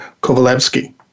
Kovalevsky